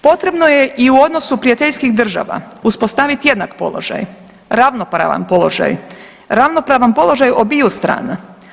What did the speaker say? Potrebno je i u odnosu prijateljskih država uspostaviti jednak položaj, ravnopravan položaj, ravnopravan položaj obiju strana.